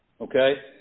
Okay